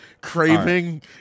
craving